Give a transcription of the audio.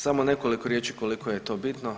Samo nekoliko riječi koliko je to bitno.